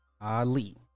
Ali